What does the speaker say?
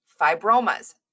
fibromas